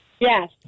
Yes